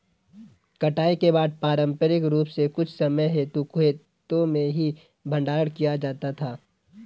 कटाई के बाद पारंपरिक रूप से कुछ समय हेतु खेतो में ही भंडारण किया जाता था